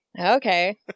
Okay